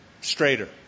straighter